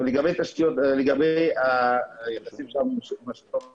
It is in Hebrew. לגבי היחסים עם השלטון המקומי.